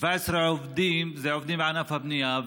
17 עובדים בענף הבנייה,